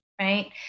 Right